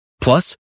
Plus